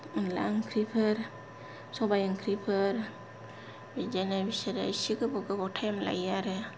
अनद्ला ओंख्रिफोर सबाय ओंख्रिफोर बिदिनो बिसोरो इसे गोबाव गोबाव टाइम आरो